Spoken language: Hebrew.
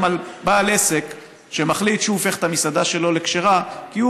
גם בעל עסק שמחליט שהוא הופך את המסעדה שלו לכשרה כי הוא